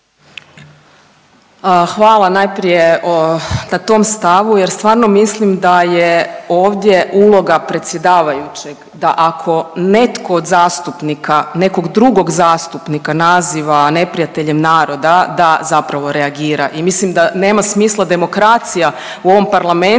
Hvala najprije na tom stavu jer stvarno mislim da je ovdje uloga predsjedavajućeg, da ako netko od zastupnika nekog drugog zastupnika naziva neprijateljem naroda, da zapravo reagira i mislim da nema smisla demokracija u ovom parlamentu